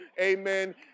amen